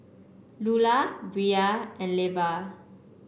Lulah Bria and Leva